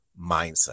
mindset